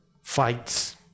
fights